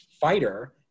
fighter